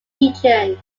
region